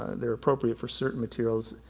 they're appropriate for certain materials,